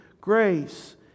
grace